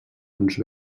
uns